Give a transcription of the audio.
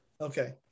Okay